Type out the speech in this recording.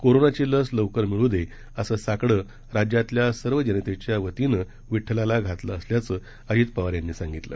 कोरोनाची लस लवकर मिळू दे असं साकडं राज्यातल्या सर्व जनतेच्या वतीनं विड्ठलाला घातलं असल्याचं अजित पवार यांनी सांगितलं